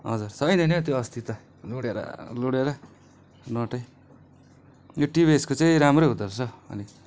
हजुर छैन नि हौ त्यो अस्ति त लुँडेर लुँडेर नटै यो टिभिएसको चाहिँ राम्रै हुँदोरहेछ अनि